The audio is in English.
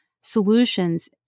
solutions